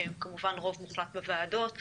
שהם כמובן רוב מוחלט בוועדות,